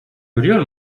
görüyor